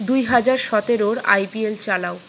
দুই হাজার সতেরোর আইপিএল চালাও